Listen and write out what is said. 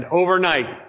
overnight